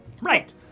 Right